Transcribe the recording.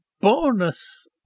bonus